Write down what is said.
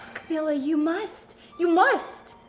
camilla, you must. you must.